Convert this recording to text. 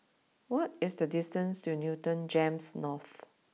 what is the distance to Newton Gems North